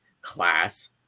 class